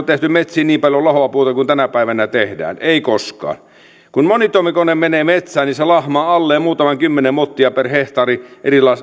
tehty metsiin niin paljon lahoa puuta kuin tänä päivänä tehdään ei koskaan kun monitoimikone menee metsään niin se lahmaa alleen muutaman kymmenen mottia per hehtaari